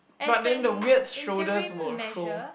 but then the weird shoulders will show